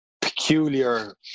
peculiar